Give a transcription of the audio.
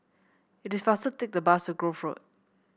it is faster to take the bus to Grove Road